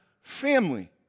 family